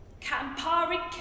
Campari